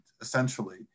essentially